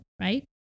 right